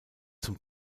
zum